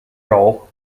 role